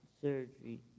surgery